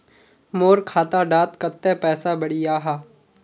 मोर खाता डात कत्ते पैसा बढ़ियाहा?